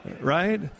right